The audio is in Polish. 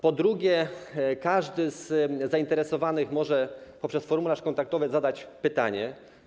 Po drugie, każdy z zainteresowanych może poprzez formularz kontaktowy zadać pytanie.